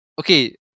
okay